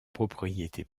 propriété